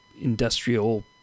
industrial